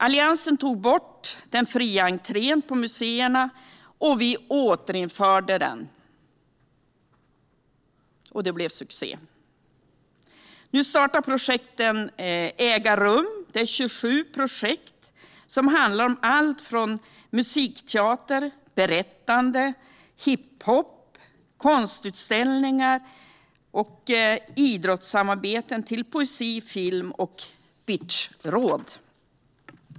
Alliansen tog bort den fria entrén på museerna, och vi återinförde den. Det blev succé. Nu startar projekten Äga rum - 27 projekt som handlar om allt från musikteater, berättande, hiphop, konstutställningar och idrottssamarbeten till poesi, film och bitchråd.